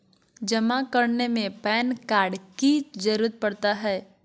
जमा करने में पैन कार्ड की जरूरत पड़ता है?